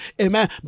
amen